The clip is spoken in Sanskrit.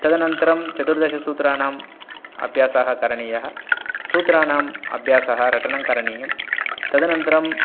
तदनन्तरं चतुर्दशसूत्राणाम् अभ्यासः करणीयः सूत्रानाम् अभ्यासः रटनं करणीयं तदनन्तरम्